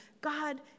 God